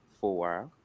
four